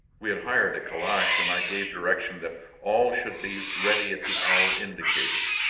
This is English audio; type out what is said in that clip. we had hired a calash and i gave direction that all should be ready at the hour indicated.